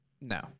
No